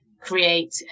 create